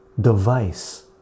device